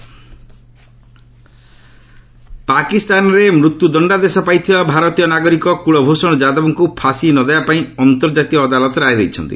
ICJ ଯାଦବ ପାକିସ୍ତାନରେ ମୃତ୍ୟୁ ଦଶ୍ଚାଦେଶ ପାଇଥିବା ଭାରତୀୟ ନାଗରିକ କୂଳଭ୍ଷଣ ଯାଦବଙ୍କୁ ଫାଶୀ ନ ଦେବାପାଇଁ ଅନ୍ତର୍ଜାତୀୟ ଅଦାଲତ ରାୟ ଦେଇଛନ୍ତି